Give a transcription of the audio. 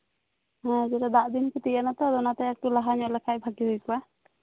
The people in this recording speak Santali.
ᱦᱮᱸ ᱫᱮᱞᱟ ᱫᱟᱜ ᱫᱤᱱ ᱪᱷᱩᱴᱤᱭᱮᱱᱟ ᱛᱚ ᱚᱱᱟᱛᱮ ᱮᱠᱴᱩ ᱞᱟᱦᱟ ᱧᱚᱜ ᱞᱮᱠᱷᱟᱱ ᱵᱷᱟᱜᱮ ᱦᱳᱭ ᱠᱚᱜᱼᱟ